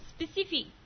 specific